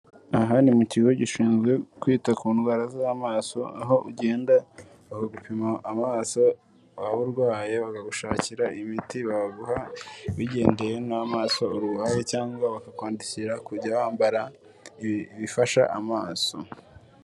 Aha ni mu kigo gishinzwe kwita ku ndwara z'amaso aho ugenda bakagupima amaso waba urwaye, bakagushakira imiti baguha bigendeye n'amaso urwaye, cyangwa bakakwandikira kujya wambara ibifashamaso.